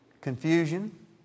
confusion